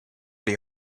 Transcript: die